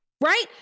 Right